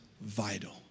vital